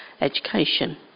education